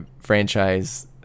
franchise